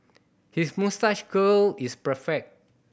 his moustache curl is perfect